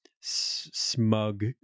smug